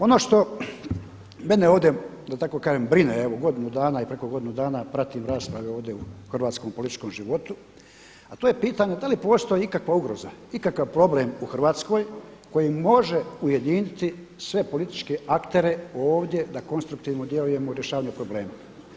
Ono što mene ovdje da tako kažem brine godinu dana i preko godinu dana pratim rasprave ovdje u hrvatskom političkom životu, a to je pitanje da li postoji ikakva ugroza, ikakav problem u Hrvatskoj koji može ujediniti sve političke aktere ovdje da konstruktivno djelujemo u rješavanju problema.